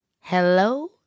hello